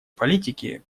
политики